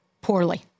poorly